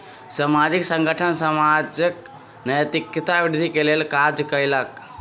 सामाजिक संगठन समाजक नैतिकता वृद्धि के लेल काज कयलक